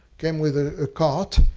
came with a ah cart,